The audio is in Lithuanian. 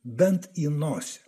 bent į nosį